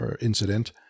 Incident